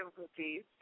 difficulties